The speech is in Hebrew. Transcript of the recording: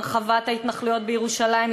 הרחבת הבנייה בירושלים,